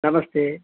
నమస్తే